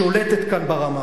שולטת כאן ברמה.